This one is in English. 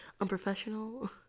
Unprofessional